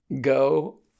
go